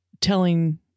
telling